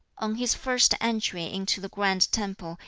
on his first entry into the grand temple,